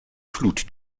flut